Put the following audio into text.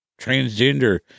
transgender